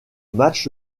match